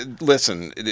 Listen